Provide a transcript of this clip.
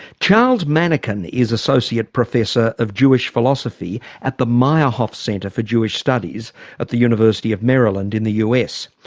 charles manekin is associate professor of jewish philosophy at the meyerhoff center for jewish studies at the university of maryland in the us.